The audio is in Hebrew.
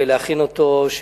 ולהכין אותו,